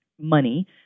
money